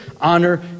honor